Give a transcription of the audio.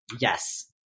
Yes